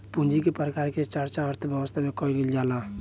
पूंजी के प्रकार के चर्चा अर्थव्यवस्था में कईल जाला